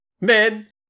Men